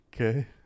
Okay